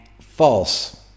false